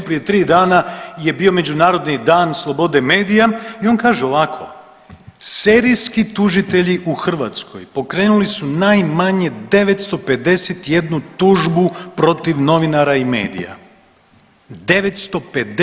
Prije 3 dana je bio Međunarodni dan slobode medija i on kaže ovako, serijski tužitelji u Hrvatskoj pokrenuli su najmanje 951 tužbu protiv novinara i medija.